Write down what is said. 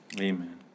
amen